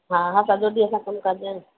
हा हा सॼो ॾींहुं असां कमु करदा आहियूं